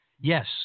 Yes